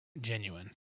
genuine